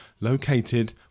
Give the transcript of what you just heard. located